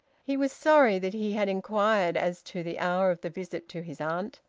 he was sorry that he had inquired as to the hour of the visit to his aunt.